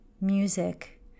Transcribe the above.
music